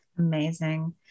Amazing